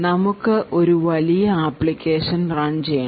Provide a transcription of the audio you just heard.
നമുക്ക് ഒരു വലിയ അപ്ലിക്കേഷൻ റൺ ചെയ്യണം